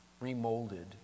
remolded